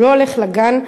הוא לא הולך לגן,